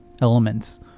elements